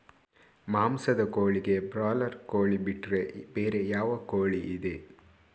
ಮಾಂಸದ ಕೋಳಿಗೆ ಬ್ರಾಲರ್ ಕೋಳಿ ಬಿಟ್ರೆ ಬೇರೆ ಯಾವ ಕೋಳಿಯಿದೆ?